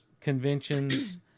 conventions